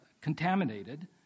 contaminated